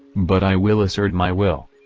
but i will assert my will.